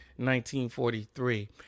1943